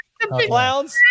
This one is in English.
clowns